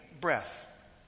breath